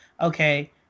okay